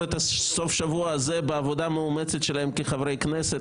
את סוף השבוע הזה בעבודה מאומצת של חברי כנסת,